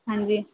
ਹਾਂਜੀ